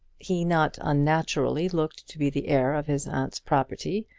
he not unnaturally looked to be the heir of his aunt's property,